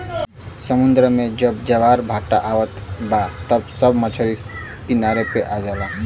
समुंदर में जब ज्वार भाटा आवत बा त सब मछरी किनारे पे आ जाला